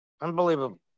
Unbelievable